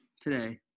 today